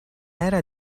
era